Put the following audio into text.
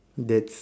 that's